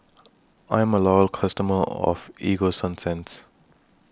I'm A Loyal customer of Ego Sunsense